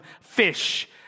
fish